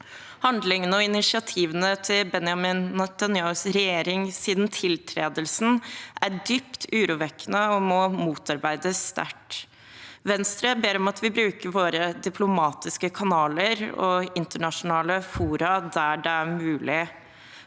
Handlingene og initiativene til Benjamin Netanyahus regjering siden tiltredelsen er dypt urovekkende og må motarbeides sterkt. Venstre ber om at vi bruker våre diplomatiske kanaler og internasjonale fora der det er mulig.